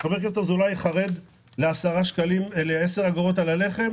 חבר הכנסת אזולאי חרד ל-10 אגורות על הלחם,